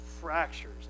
fractures